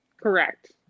correct